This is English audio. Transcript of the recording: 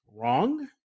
wrong